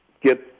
get